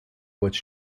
what